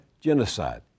genocide